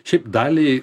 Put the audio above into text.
šiaip dalį